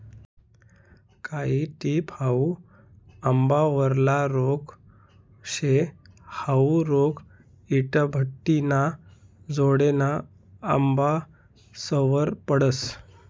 कायी टिप हाउ आंबावरला रोग शे, हाउ रोग इटाभट्टिना जोडेना आंबासवर पडस